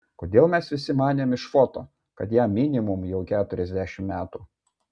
kodėl mes visi manėm iš foto kad jam minimum jau keturiasdešimt metų